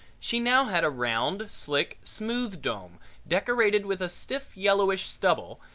she now had a round, slick, smooth dome decorated with a stiff yellowish stubble,